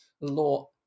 law